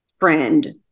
friend